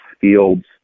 fields